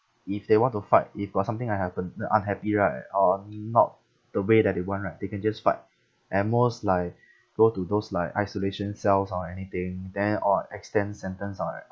if they want to fight if got something that happened that unhappy right or not the way that they want right they can just fight at most like go to those like isolation cells or anything then or extend sentence or like